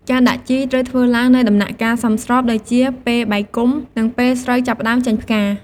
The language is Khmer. ការដាក់ជីត្រូវធ្វើឡើងនៅដំណាក់កាលសមស្របដូចជា ពេលបែកគុម្ព និងពេលស្រូវចាប់ផ្ដើមចេញផ្កា។